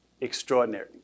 extraordinary